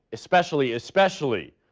especially, especially.